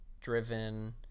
driven